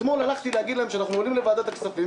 אתמול הלכתי להגיד להם שאנחנו עולים לוועדת הכספים